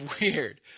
weird